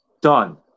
done